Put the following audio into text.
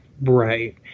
Right